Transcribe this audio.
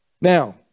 Now